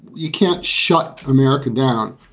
you can't shut america down,